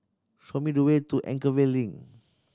show me the way to Anchorvale Link